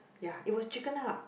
ya it was chicken up